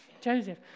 Joseph